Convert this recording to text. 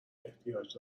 احتیاج